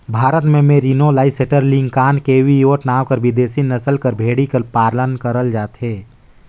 भारत में Merino, Leicester, Lincoln, Cheviot नांव कर बिदेसी नसल कर भेड़ी कर घलो पालन करल जाथे